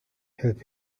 help